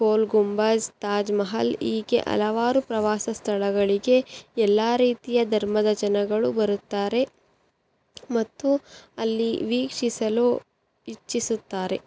ಗೋಲ್ ಗುಂಬಜ್ ತಾಜ್ ಮಹಲ್ ಹೀಗೆ ಹಲವಾರು ಪ್ರವಾಸ ಸ್ಥಳಗಳಿಗೆ ಎಲ್ಲ ರೀತಿಯ ಧರ್ಮದ ಜನಗಳು ಬರುತ್ತಾರೆ ಮತ್ತು ಅಲ್ಲಿ ವೀಕ್ಷಿಸಲು ಇಚ್ಛಿಸುತ್ತಾರೆ